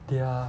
they are